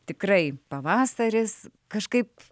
tikrai pavasaris kažkaip